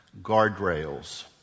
guardrails